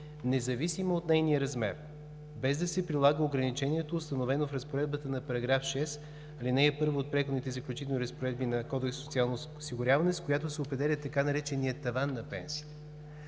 независимо от нейния размер, без да се прилага ограничението, установено в Разпоредбата на § 6, ал. 1 от Преходните и заключителните разпоредби на Кодекса за социално осигуряване, с която се определя така нареченият „таван на пенсия“.